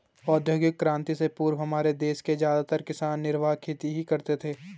औद्योगिक क्रांति से पूर्व हमारे देश के ज्यादातर किसान निर्वाह खेती ही करते थे